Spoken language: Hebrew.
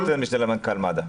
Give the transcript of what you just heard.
למנכ"ל מד"א.